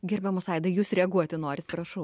gerbiamas aidai jūs reaguoti norit prašau